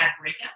breakup